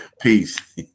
Peace